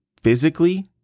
physically